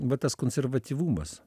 va tas konservatyvumas